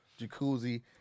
jacuzzi